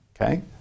Okay